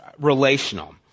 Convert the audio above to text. relational